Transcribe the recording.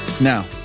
Now